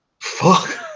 Fuck